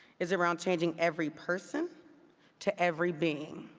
is around changing every person to every being.